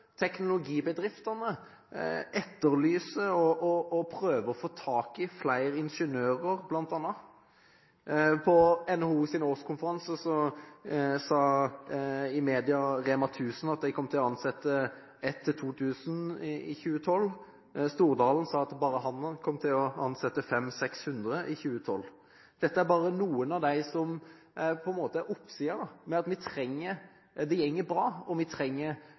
Teknologibedriftene etterlyser og prøver å få tak i flere ingeniører, bl.a. I forbindelse med NHOs årskonferanse sa Rema 1000 i media at de kom til å ansette 1 000–2 000 i 2012. Stordalen sa at bare han kom til å ansette 500–600 i 2012. Dette er bare noe av det som på en måte er oppsiden. Det går bra, vi trenger flere ansatte, og vi trenger